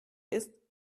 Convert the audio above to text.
ist